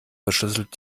verschlüsselt